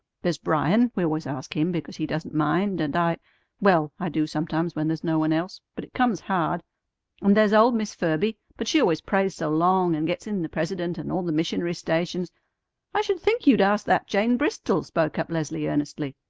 there's bryan we always ask him because he doesn't mind, and i well, i do sometimes when there's no one else, but it comes hard and there's old miss ferby, but she always prays so long, and gets in the president and all the missionary stations i should think you'd ask that jane bristol, spoke up leslie earnestly.